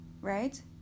Right